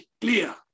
clear